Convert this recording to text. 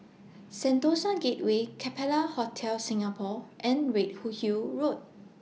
Sentosa Gateway Capella Hotel Singapore and Red Who Hill Road